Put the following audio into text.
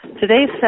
Today's